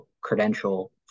credential